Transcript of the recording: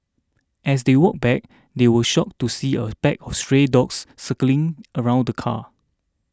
as they walked back they were shocked to see a pack of stray dogs circling around the car